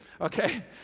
okay